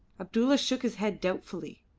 abdulla shook his head doubtfully.